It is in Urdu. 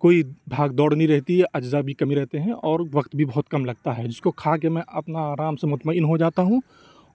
کوئی بھاگ دوڑ نہیں رہتی ہے اجزاء بھی کم ہی رہتے ہیں اور وقت بھی بہت کم لگتا ہے جس کو کھا میں اپنا آرام سے مطمئن ہو جاتا ہوں